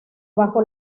bajo